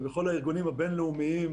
וכלל השחקנים צריכים להכיר את זה.